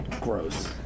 gross